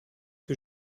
que